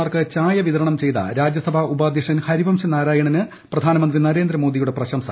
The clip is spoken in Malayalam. മാർക്ക് ചായ വിതരണം ചെയ്ത രാജ്യസഭാ ഉപാധ്യക്ഷൻ ഹരിവൻഷ് നാരായണിന് പ്രധാനമന്ത്രി നരേന്ദ്രമോദിയുടെ പ്രശംസ